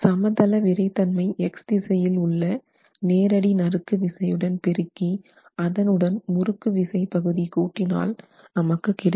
சமதள விறைத்தன்மை X திசையில் உள்ள நேரடி நறுக்கு விசையுடன் பெருக்கி அதன் உடன் முறுக்கு விசை பகுதி கூட்டினால் நமக்கு கிடைக்கும்